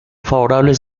favorable